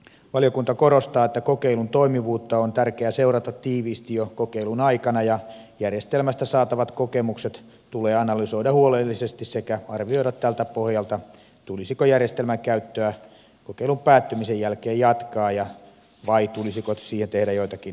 valiokunta korostaa että kokeilun toimivuutta on tärkeää seurata tiiviisti jo kokeilun aikana ja järjestelmästä saatavat kokemukset tulee analysoida huolellisesti sekä arvioida tältä pohjalta tulisiko järjestelmän käyttöä kokeilun päättymisen jälkeen jatkaa vai tulisiko siihen tehdä joitakin muutoksia